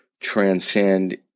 transcend